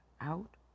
out